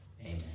Amen